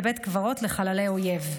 בבית קברות לחללי אויב.